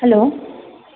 hello